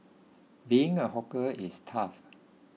being a hawker is tough